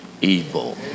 evil